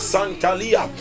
Santalia